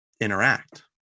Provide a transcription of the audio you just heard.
interact